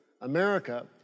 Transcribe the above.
America